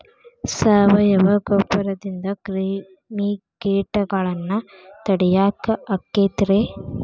ಸಾವಯವ ಗೊಬ್ಬರದಿಂದ ಕ್ರಿಮಿಕೇಟಗೊಳ್ನ ತಡಿಯಾಕ ಆಕ್ಕೆತಿ ರೇ?